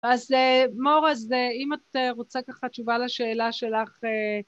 אז מור, אז אם את רוצה, ככה, תשובה לשאלה שלך